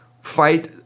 fight